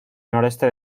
noreste